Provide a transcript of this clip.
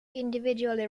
individually